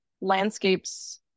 landscapes